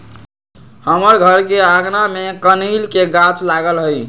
हमर घर के आगना में कनइल के गाछ लागल हइ